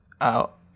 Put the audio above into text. out